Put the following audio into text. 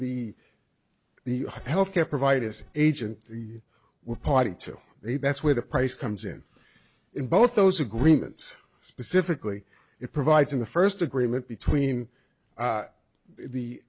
the the health care provider this agent were party to the that's where the price comes in in both those agreements specifically it provides in the first agreement between